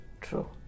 True